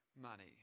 money